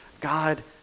God